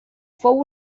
fou